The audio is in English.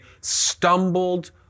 stumbled